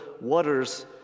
waters